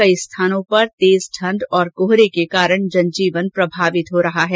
कई स्थानों पर तेज ठण्ड और कोहरे के कारण जनजीवन प्रभावित हो रहा है